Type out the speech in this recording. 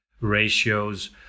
ratios